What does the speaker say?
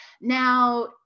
now